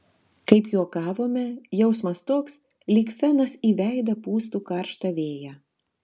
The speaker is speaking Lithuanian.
kaip juokaudavome jausmas toks lyg fenas į veidą pūstų karštą vėją